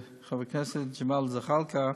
חבר הכנסת ג'מאל זחאלקה: